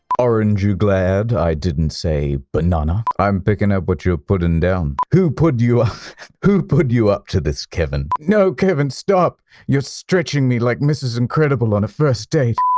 orange you glad i didn't say banana? i'm pickin' up what you're puddin' down. who put who put you up to this, kevin? no, kevin! stop! you're stretching me like mrs. incredible on a first date!